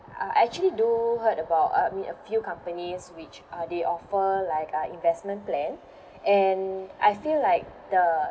uh I actually do heard about I mean a few companies which uh they offer like uh investment plan and I feel like the